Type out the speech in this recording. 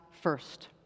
first